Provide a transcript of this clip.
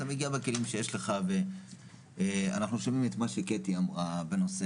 אתה מגיע בכלים שיש לך ואנחנו שומעים את מה שקטי אמרה בנושא